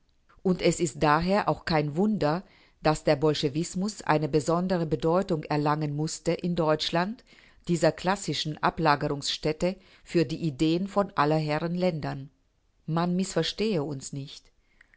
und es ist daher auch kein wunder daß der bolschewismus eine besondere bedeutung erlangen mußte in deutschland dieser klassischen ablagerungsstätte für die ideen von aller herren ländern man mißverstehe uns nicht